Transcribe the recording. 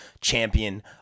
champion